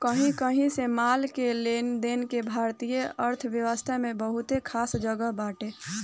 कही कही से माल के लेनदेन के भारतीय अर्थव्यवस्था में बहुते खास जगह बाटे